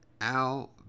Al